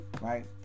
right